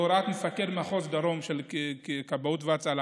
בהוראת מפקד מחוז דרום של כבאות והצלה